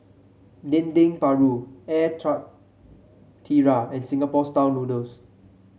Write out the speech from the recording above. Dendeng Paru Air Karthira and Singapore style noodles